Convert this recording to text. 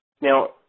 Now